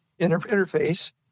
interface